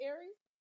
Aries